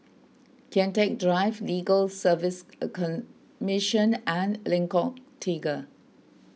Kian Teck Drive Legal Service A Commission and Lengkok Tiga